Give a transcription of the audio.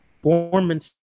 Performance